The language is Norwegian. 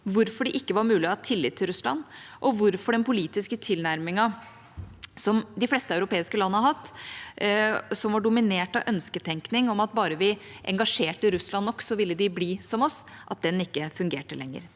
hvorfor det ikke var mulig å ha tillit til Russland, og hvorfor den politiske tilnærmingen som de fleste europeiske land har hatt, som var dominert av ønsketenkning om at bare vi engasjerte Russland nok, ville de bli som oss, ikke fungerte lenger.